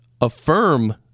affirm